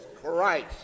Christ